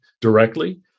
directly